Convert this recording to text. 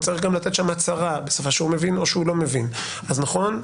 צריך לתת שם הצהרה בשפה שמבין או לא מבין אז נכון,